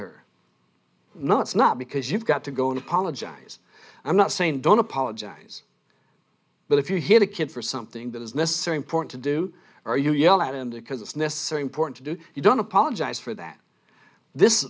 her knott's not because you've got to go apologize i'm not saying don't apologize but if you hit a kid for something that is necessary important to do or you yell at him because it's necessary important to do you don't apologize for that this